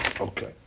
Okay